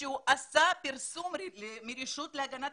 מישהו מהרשות להגנת